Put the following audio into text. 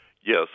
Yes